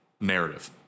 narrative